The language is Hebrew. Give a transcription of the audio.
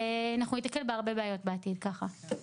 אנחנו נתקל בהרבה בעיות בעתיד ככה).